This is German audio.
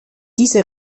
diese